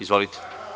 Izvolite.